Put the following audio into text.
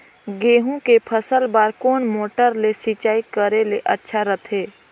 गहूं के फसल बार कोन मोटर ले सिंचाई करे ले अच्छा रथे?